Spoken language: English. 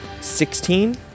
Sixteen